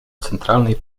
centralnej